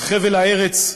חבל הארץ,